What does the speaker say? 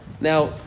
Now